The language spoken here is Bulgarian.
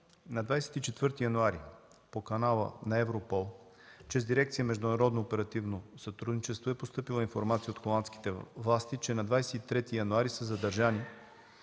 На 24 януари 2014 г. по канала на Европол чрез дирекция „Международно оперативно сътрудничество“ е постъпила информация от холандските власти, че на 23 януари са задържани